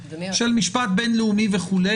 של משפט בינלאומי וכו',